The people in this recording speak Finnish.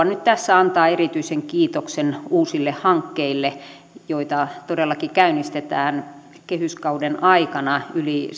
nyt tässä antaa erityisen kiitoksen uusille hankkeille joita todellakin käynnistetään kehyskauden aikana yli